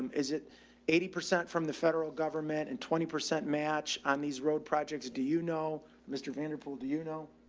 um is it eighty percent from the federal government and twenty percent match on these road projects? do you know mr vanderpool, do you know,